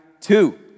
two